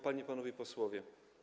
Panie i Panowie Posłowie!